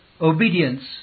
Obedience